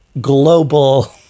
global